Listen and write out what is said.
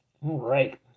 right